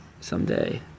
someday